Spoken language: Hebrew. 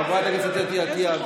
חברת הכנסת אתי עטייה,